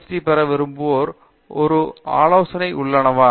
D பெற விரும்புவோருக்கு சில ஆலோசனைகள் உள்ளனவா